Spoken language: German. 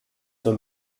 zur